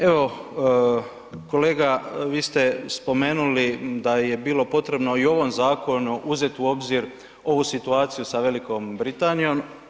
Evo, kolega, vi ste spomenuli da je bilo potrebno i u ovom zakonu uzeti u obzir ovu situaciju sa Velikom Britanijom.